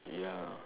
ya